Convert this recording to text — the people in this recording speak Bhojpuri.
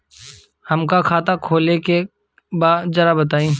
हमका खाता खोले के बा जरा बताई?